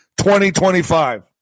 2025